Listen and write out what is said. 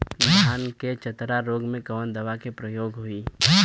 धान के चतरा रोग में कवन दवा के प्रयोग होई?